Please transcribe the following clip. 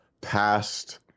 past